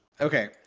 okay